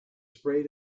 sprayed